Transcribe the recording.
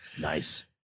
nice